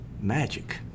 Magic